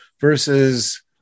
versus